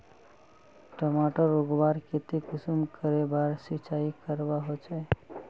टमाटर उगवार केते कुंसम करे बार सिंचाई करवा होचए?